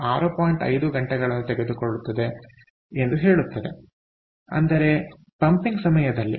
5 ಗಂಟೆಗಳನ್ನು ತೆಗೆದುಕೊಳ್ಳುತ್ತದೆ ಎಂದು ಹೇಳುತ್ತದೆ ಅಂದರೆ ಪಂಪಿಂಗ್ ಸಮಯದಲ್ಲಿ